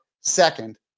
Second